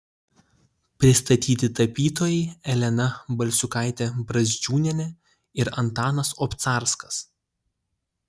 pristatyti tapytojai elena balsiukaitė brazdžiūnienė ir antanas obcarskas